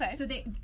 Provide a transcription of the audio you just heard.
okay